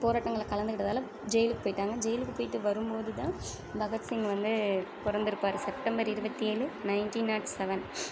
போராட்டங்கள்ல கலந்துக்கிட்டதால் ஜெயிலுக்குப் போயிட்டாங்கள் ஜெயிலுக்குப் போய்ட்டு வரும்போது தான் பகத்சிங் வந்து பிறந்திருக்காரு செப்டம்பர் இருபத்தியேலு நைன்ட்டீன் நாட் செவன்